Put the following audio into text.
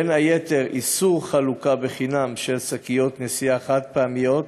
ובין היתר איסור חלוקה בחינם של שקיות נשיאה חד-פעמיות,